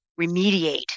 remediate